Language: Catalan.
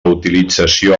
utilització